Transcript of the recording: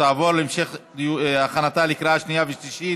ותעבור להמשך הכנתה לקריאה שנייה ושלישית